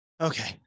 okay